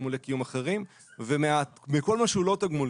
תגמולי קיום אחרים וכל מה שהוא לא תגמול;